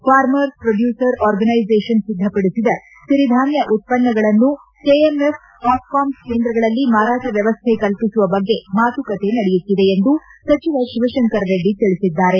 farmers producer organisation ಸಿದ್ದಪಡಿಸಿದ ಸಿರಿಧಾನ್ದ ಉತ್ಪನ್ನಗಳನ್ನು ಕೆಎಂಎಫ್ ಹಾಪ್ಕಾಮ್ಸ್ ಕೇಂದ್ರಗಳಲ್ಲಿ ಮಾರಾಟ ವ್ಯವಸ್ಥೆ ಕಲ್ಲಿಸುವ ಬಗ್ಗೆ ಮಾತುಕತೆ ನಡೆಯುತ್ತಿದೆ ಎಂದು ಸಚಿವ ಶಿವಶಂಕರ ರೆಡ್ಡಿ ತಿಳಿಸಿದ್ದಾರೆ